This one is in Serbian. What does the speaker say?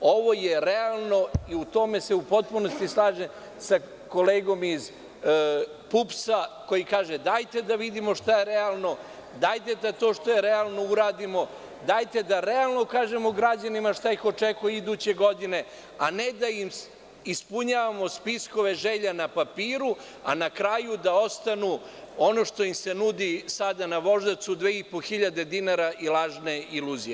Ovo je realno i u tome se u potpunosti slažem sa kolegom iz PUPS-a, koji kaže dajte da vidimo šta je realno, dajte da to što je realno uradimo, dajte da realno kažemo građanima šta ih očekuje iduće godine, a ne da im ispunjavamo spiskove želja na papiru, a na kraju da ostane ono što im se nudi sada na Voždovcu, 2.500 dinara i lažne iluzije.